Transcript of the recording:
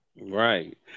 Right